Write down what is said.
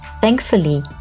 Thankfully